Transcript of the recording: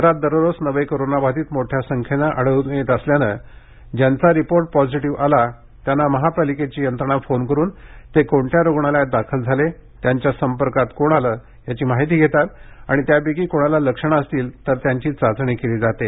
शहरात दररोज नवे कोरोनाबाधित मोठ्या संख्येनं आढळून येत असल्याने ज्यांचा रिपोर्ट पॉझिटिव्ह आला त्यांना महापालिकेची यंत्रणा फोन करून ते कोणत्या रुग्णालयात दाखल झाले त्यांच्या संपर्कात कोण आले याची माहिती घेतात आणि त्यापैकी कोणाला लक्षणे असतील तर त्यांची चाचणी केली जाते